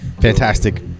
fantastic